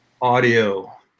audio